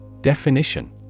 Definition